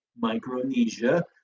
Micronesia